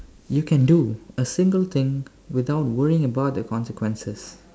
you can do a single thing without worrying about the consequences